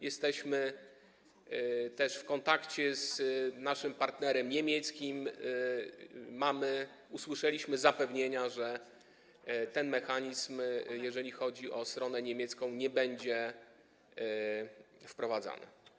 Jesteśmy także w kontakcie z naszym partnerem niemieckim, usłyszeliśmy zapewnienia, że ten mechanizm, jeżeli chodzi o stronę niemiecką, nie będzie wprowadzany.